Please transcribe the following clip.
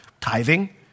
tithing